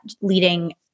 leading